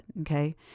Okay